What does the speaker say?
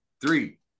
three